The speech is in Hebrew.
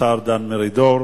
השר דן מרידור.